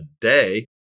day